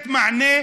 זה המנדט שלו.